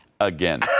again